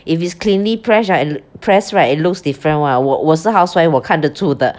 if it's cleanly pressed right pressed right it looks different [one] 我我是 housewife 我看得出的